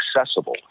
accessible